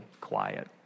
quiet